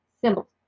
symbols